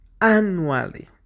annually